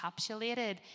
encapsulated